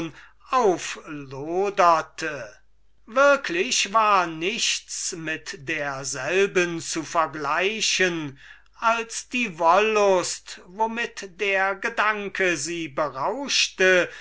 aufloderte würklich war nichts mit ihr zu vergleichen als die wollust womit der gedanke sie berauschte